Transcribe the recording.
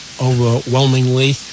overwhelmingly